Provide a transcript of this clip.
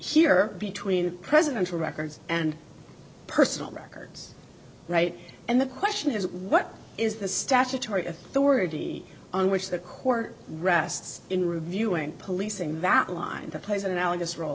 here between the presidential records and personal records right and the question is what is the statutory authority on which the court rests in reviewing policing that line that plays an analogous role